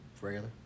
regular